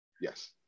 yes